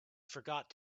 forgot